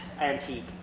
antique